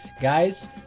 guys